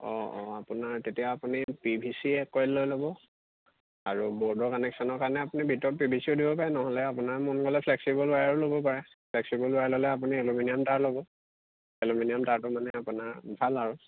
অঁ অঁ আপোনাৰ তেতিয়া আপুনি পি ভি চি এক কইল লৈ ল'ব আৰু ব'ৰ্ডৰ কানেকচনৰ কাৰণে আপুনি ভিতৰত পি ভি চিও দিব পাৰে নহ'লে আপোনাৰ মন গ'লে ফ্লেক্সিবল ৱায়াৰো ল'ব পাৰে ফ্লেক্সিবল ৱায়াৰ ল'লে আপুনি এলুমিনিয়াম তাঁৰ ল'ব এলুমিনিয়াম তাঁৰটো মানে আপোনাৰ ভাল আৰু